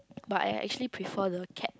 but I actually prefer the cat